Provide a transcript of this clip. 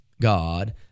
God